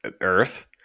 earth